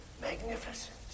magnificent